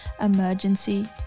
emergency